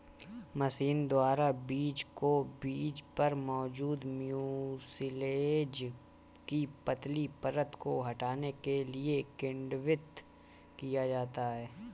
machine द्वारा बीज को बीज पर मौजूद म्यूसिलेज की पतली परत को हटाने के लिए किण्वित किया जाता है